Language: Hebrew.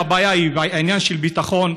אם הבעיה היא עניין של ביטחון,